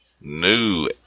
new